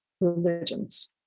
religions